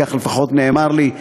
ככה לפחות נאמר לי,